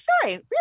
Sorry